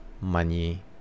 money